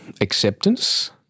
acceptance